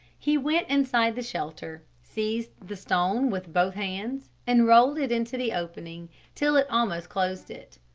he went inside the shelter, seized the stone with both hands and rolled it into the opening till it almost closed it.